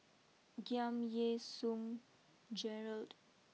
Giam Yean Song Gerald